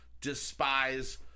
despise